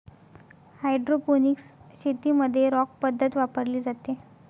hydroponics शेतीमध्ये rock पद्धत वापरली जाते